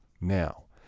Now